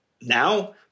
now